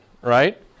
right